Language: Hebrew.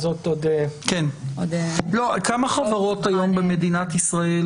כמה חברות היום במדינת ישראל,